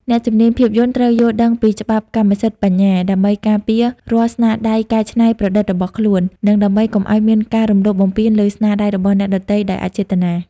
អ្នកជំនាញភាពយន្តត្រូវយល់ដឹងពីច្បាប់កម្មសិទ្ធិបញ្ញា ដើម្បីការពាររាល់ស្នាដៃច្នៃប្រឌិតរបស់ខ្លួន និងដើម្បីកុំឱ្យមានការរំលោភបំពានលើស្នាដៃរបស់អ្នកដទៃដោយអចេតនា។